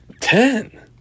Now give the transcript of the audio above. ten